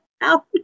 out